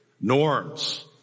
Norms